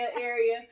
area